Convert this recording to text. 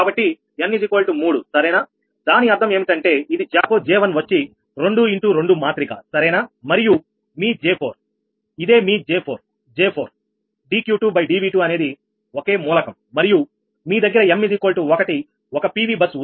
కాబట్టి n3 సరేనా దాని అర్థం ఏమిటంటే ఇది జాకో J1 వచ్చి 2 ఇంటూ 2 మాత్రిక సరేనా మరియు మీ J4 ఇదేమీ J4J4 dQ2dV2 అనేది ఒకే మూలకం మరియు మీ దగ్గర m 1ఒక PV బస్ ఉంది